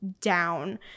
down